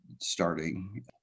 starting